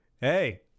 hey